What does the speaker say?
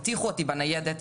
הטיחו אותי בניידת,